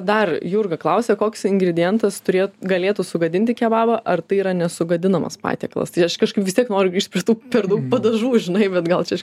dar jurga klausia koks ingredientas turėt galėtų sugadinti kebabą ar tai yra nesugadinamas patiekalas tai aš kažkaip vis tiek noriu grįžt prie tų per daug padažų žinai bet gal čia aš